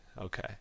okay